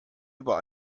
über